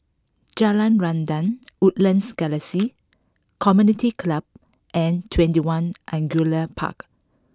Jalan Rendang Woodlands Galaxy Community Club and Twenty One Angullia Park